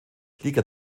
liga